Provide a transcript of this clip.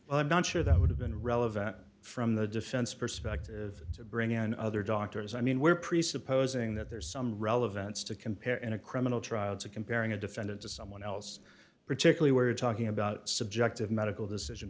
do i'm not sure that would have been relevant from the defense perspective to bring in other doctors i mean we're presupposing that there is some relevance to compare in a criminal trials of comparing a defendant to someone else particularly we're talking about subjective medical decision